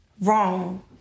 wrong